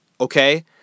Okay